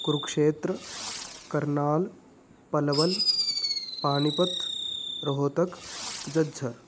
कुरुक्षेत्रं Karnal Palwal Panipat Rohtak Jhajjar